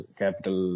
capital